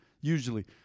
usually